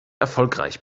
erfolgreich